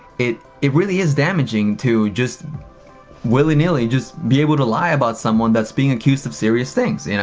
it it really is damaging to just willy-nilly, just be able to lie about someone that's being accused of serious things, you know?